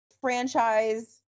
franchise